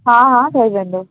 हा हा ठही वेंदो